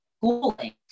schooling